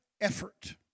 effort